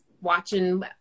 watching